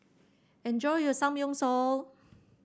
enjoy your Samgyeopsal